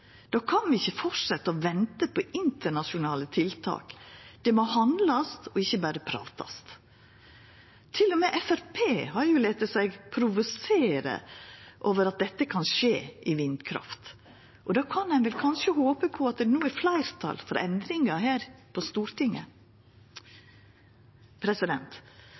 Då kan vi ikkje halda fram med å venta på internasjonale tiltak. Det må handlast, ikkje berre pratast. Til og med Framstegspartiet har late seg provosera av at dette kan skje når det gjeld vindkrafta, og då kan ein kanskje håpa på at det no er fleirtal for endringar her på Stortinget.